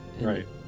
Right